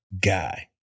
guy